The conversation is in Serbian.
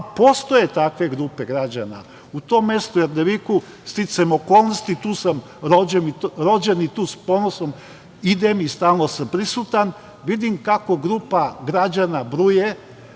postoje takve grupe građana? U tom mestu, Erdeviku, sticajem okolnosti, tu sam rođen i tu s ponosom idem i stalno sam prisutan, vidim kako grupa građana Bruje